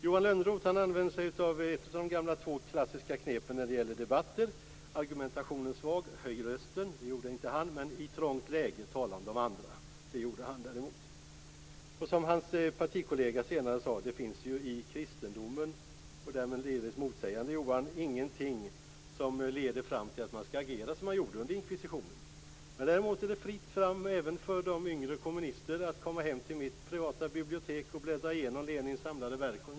Johan Lönnroth använder sig av ett av de två gamla klassiska knepen när det gäller debatter. Det första lyder: Är argumentationen svag - höj rösten! Det gjorde han inte. Det andra lyder: I trångt läge - tala om de andra! Det gjorde han däremot. Hans partikollega sade senare, därmed delvis motsägande Johan Lönnroth, att det i kristendomen inte finns någonting som leder fram till att man skall agera som man gjorde under inkvisitionen. Däremot är det fritt fram även för yngre kommunister att komma hem till mitt privata bibliotek och bläddra igenom Lenins samlade verk.